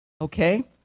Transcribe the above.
okay